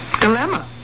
dilemma